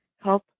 help